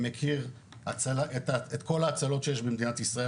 מכיר את כל ההצלות שיש במדינת ישראל